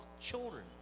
children